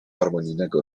harmonijnego